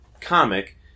comic